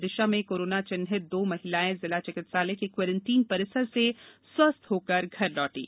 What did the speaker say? विदिशा में कोरोना चिन्हित दो महिलाएं जिला चिकित्सालय क्यूरेन्टाइन परिसर से स्वस्थ होकर घर लौटीं